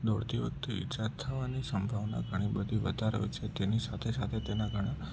દોડતી વખતે ઈજા થવાની સંભાવના ઘણી બધી વધારે હોય છે તેની સાથે સાથે તેના ઘણા